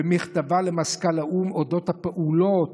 מכתבה למזכ"ל האו"ם על אודות הפעולות